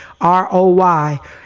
R-O-Y